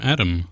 Adam